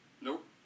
Nope